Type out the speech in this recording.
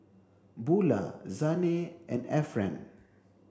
Bulah Zhane and Efren